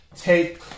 Take